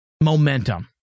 momentum